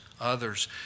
others